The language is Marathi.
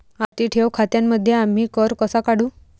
आवर्ती ठेव खात्यांमध्ये आम्ही कर कसा काढू?